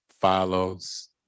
follows